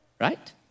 right